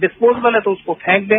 disposable है तो उसको फेंक दें